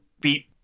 beat